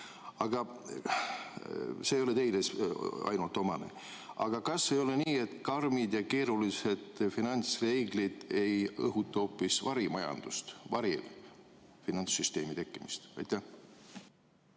Aga see ei ole ainult teile omane. Aga kas ei ole nii, et karmid ja keerulised finantsreeglid ei õhuta hoopis varimajandust, varifinantssüsteemi tekkimist? Jaa,